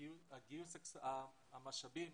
בגיוס המשאבים